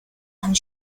and